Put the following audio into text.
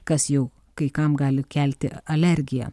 kas jau kai kam gali kelti alergiją